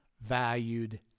valued